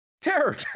Terror